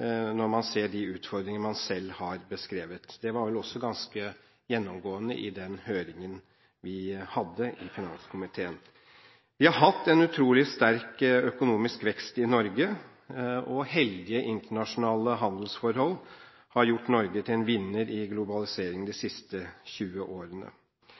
når man ser de utfordringene man selv har beskrevet. Det var vel også ganske gjennomgående i den høringen vi hadde i finanskomiteen. Vi har hatt en utrolig sterk økonomisk vekst i Norge, og heldige internasjonale handelsforhold har gjort Norge til en vinner i globalisering de siste 20 årene.